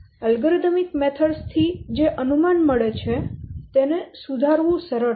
algorithm પદ્ધતિઓ થી જે અનુમાન મળે છે તેને સુધારવું સરળ છે